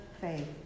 faith